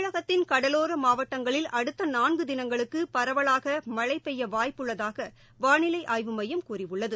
தமிழகத்தின் கடலோர மாவட்டங்களில் அடுத்த நான்கு தினங்களுக்கு பரவலாக மழை பெய்ய வாய்ப்புள்ளதாக வானிலை ஆய்வு மையம் கூறியுள்ளது